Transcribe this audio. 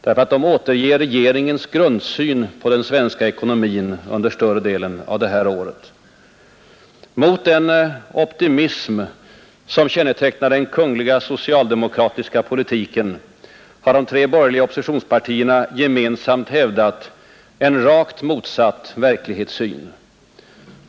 De återger regeringens grundsyn på den svenska ekonomin under större delen av detta år. Mot den optimism som kännetecknat den kungl. socialdemokratiska politiken har de tre borgerliga oppositionspartierna gemensamt hävdat en rakt motsatt verklighetssyn.